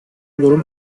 durum